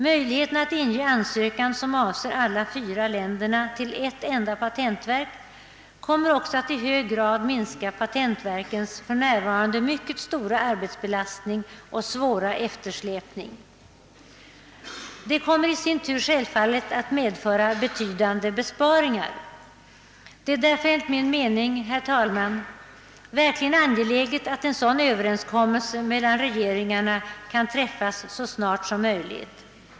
Möjligheten att få en ansökan, som avser alla de fyra länderna, behandlad vid ett enda patentverk kommer också att minska patentverkens för närvarande mycket stora arbetsbelastning och svåra eftersläpning. I sin tur medför detta betydande besparingar. Det är därför enligt min mening, herr talman, ytterst angeläget att en överenskommelse mellan regeringarna kan träffas så snart som möjligt.